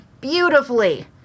beautifully